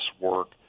work